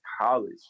college